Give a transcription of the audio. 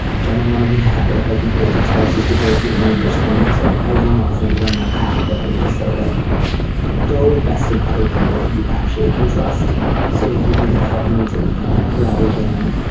generally want to be the habit of like encouraging spouses to go through one another's phone. so i will not send you down that path but i would just say like go invest in other people that you actually can trust so that you can get the help you need to leave him rather than